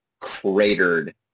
cratered